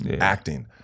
acting